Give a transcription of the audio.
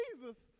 Jesus